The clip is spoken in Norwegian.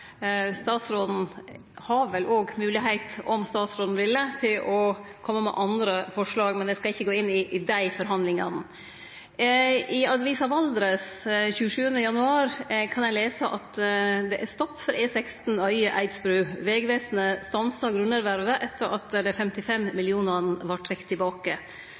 statsråden har vel òg moglegheit, om statsråden ville, til å kome med andre forslag. Men eg skal ikkje gå inn i dei forhandlingane. I avisa Valdres 27. januar kan ein lese at det er stopp for E16 Øye–Eidsbru: «Vegvesenet stoppar grunnervervet etter at 55 millionar vart trekt tilbake.»